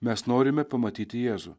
mes norime pamatyti jėzų